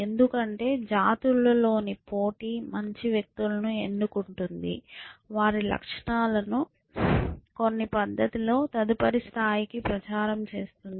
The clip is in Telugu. ఎందుకంటే జాతులలోని పోటీ మంచి వ్యక్తులను ఎన్నుకుంటుంది వారి లక్షణాలను కొన్ని పద్ధతిలో తదుపరి స్థాయికి ప్రచారం చేస్తున్నాయి